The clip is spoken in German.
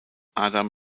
adam